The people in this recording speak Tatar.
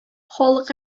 халык